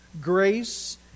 Grace